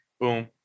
Boom